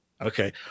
okay